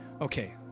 okay